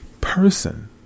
person